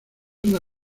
una